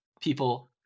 people